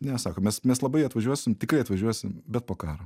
ne sako mes mes labai atvažiuosim tikrai atvažiuosim bet po karo